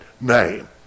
name